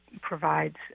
provides